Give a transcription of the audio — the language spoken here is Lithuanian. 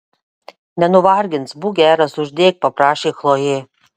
nenuvargins būk geras uždėk paprašė chlojė